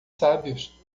sábios